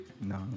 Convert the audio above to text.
No